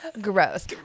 Gross